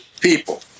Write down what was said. people